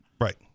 Right